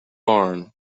barn